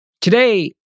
Today